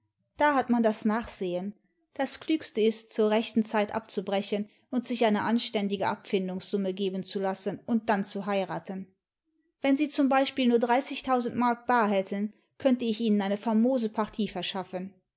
da hat man das nachsehen das klügste ist zur rechten zeit abzubrechen imd sich eine anständige abfindungssumme geben zu lassen und dann zu heiraten wenn sie z b nur dreißigtausend mark bar hätten könnte ich ihnen eine famose partie verschaffen